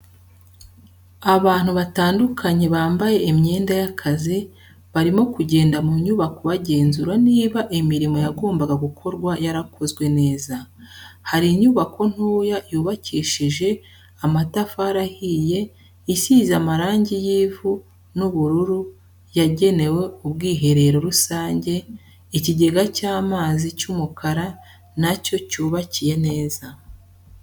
Abantu batandukanye bambaye imyenda y'akazi, barimo kugenda mu nyubako bagenzura niba imirimo yagombaga gukorwa yarakozwe neza, hari inyubako ntoya yubakishije amatafari ahiye isize amarangi y'ivu n'ubururu yagenewe ubwiherero rusange ikigega cy'amazi cy'umukara nacyo cyubakiye neza.